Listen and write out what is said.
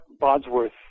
Bodsworth